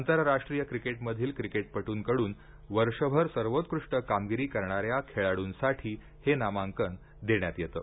आंतरराष्ट्रीय क्रिकेटमधील क्रिकेटपटूंकडून वर्षभर सर्वोत्कृष्ट कामगिरी करणाऱ्या खेळाडूंसाठी हे नामांकन देण्यात येतं